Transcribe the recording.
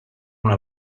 una